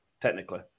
Technically